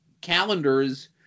calendars